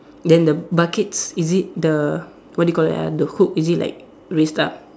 then the buckets is it the what do you call that ah the hook is it like raise up